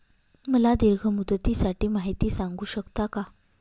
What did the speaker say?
मला दीर्घ मुदतीसाठी माहिती सांगू शकता का?